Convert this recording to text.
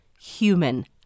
human